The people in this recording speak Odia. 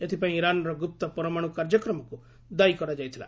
ଏଥିପାଇଁ ଇରାନ୍ର ଗୁପ୍ତ ପରମାଣୁ କାର୍ଯ୍ୟକ୍ରମକୁ ଦାୟି କରାଯାଇଥିଲା